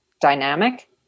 dynamic